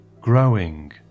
growing